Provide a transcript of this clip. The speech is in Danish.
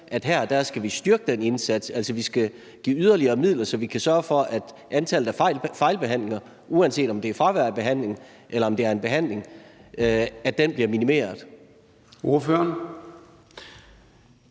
at her skal vi styrke den indsats, altså at vi skal give yderligere midler, så vi kan sørge for, at antallet af fejlbehandlinger, uanset om det er fravær af behandling, eller om det